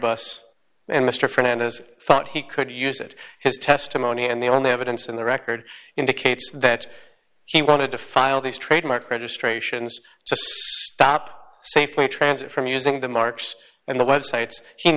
of us and mr fernandez thought he could use it his testimony and the only evidence in the record indicates that he wanted to file these trademark registrations to stop safely transit from using the marks and the website